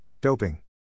doping